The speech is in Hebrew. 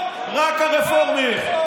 רק הרפורמים.